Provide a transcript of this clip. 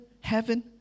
heaven